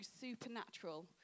supernatural